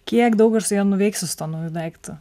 kiek daug aš su juo nuveiksiu su tuo nauju daiktu